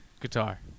Guitar